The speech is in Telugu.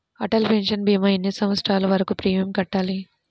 అటల్ పెన్షన్ భీమా ఎన్ని సంవత్సరాలు వరకు ప్రీమియం కట్టాలి?